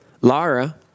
Lara